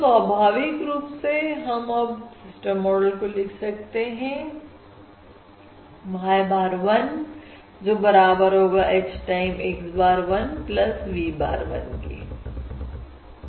तो स्वाभाविक रूप से हम अब सिस्टम मॉडल को लिख सकते हैं y bar 1 बराबर होगा h time x bar 1 v bar 1